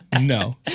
No